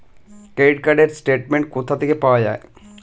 Credit card র statement কোথা থেকে পাওয়া যাবে?